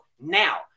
now